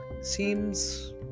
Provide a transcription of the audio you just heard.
seems